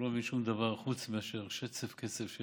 והוא לא מבין שום דבר חוץ מאשר שצף קצף של